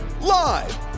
Live